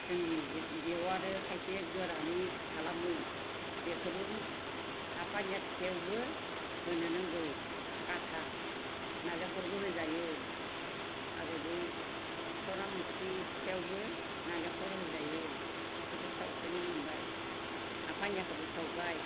जोंनि बेयाव आरो खायसे गोरानै खालामो बेखौबो हाफानिया फिथाइयावबो होनो नांगौ गाथा नारेंखलबो होजायो आरो बे सौरामथि फिथायावबो नारेंखल होजायो बेखौबो सावफेरनो मोनबाय हाफानियाखौबो सावबाय